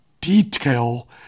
detail